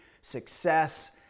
success